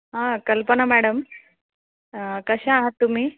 हां कल्पना मॅडम कशा आहात तुम्ही